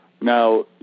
Now